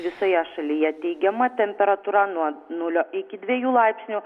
visoje šalyje teigiama temperatūra nuo nulio iki dviejų laipsnių